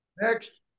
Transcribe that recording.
Next